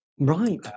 Right